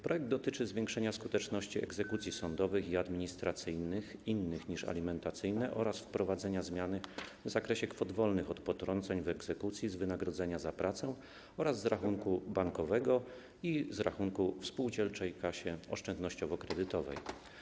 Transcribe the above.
Projekt dotyczy zwiększenia skuteczności egzekucji sądowych i administracyjnych innych niż alimentacyjne oraz wprowadzenia zmiany w zakresie kwot wolnych od potrąceń w egzekucji z wynagrodzenia za pracę oraz z rachunku bankowego i z rachunku w spółdzielczej kasie oszczędnościowo-kredytowej.